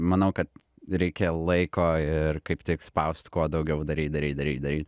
manau kad reikia laiko ir kaip tik spaust kuo daugiau daryt daryt daryt daryti